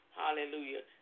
hallelujah